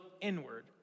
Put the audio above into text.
inward